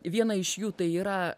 viena iš jų tai yra